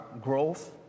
growth